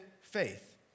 faith